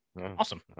Awesome